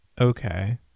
Okay